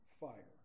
fire